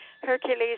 Hercules